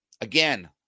again